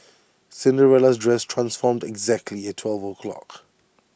Cinderella's dress transformed exactly at twelve o'clock